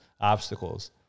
obstacles